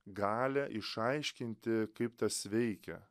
galią išaiškinti kaip tas veikia